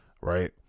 Right